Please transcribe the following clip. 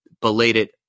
belated